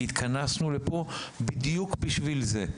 כי התכנסנו לפה בדיוק בשביל זה,